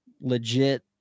Legit